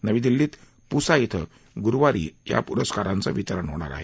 नवी दिल्लीत पुसा ॐ गुरुवारी या पुरस्काराचं वितरण होणार आहे